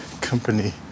company